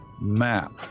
map